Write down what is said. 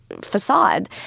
facade